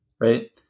right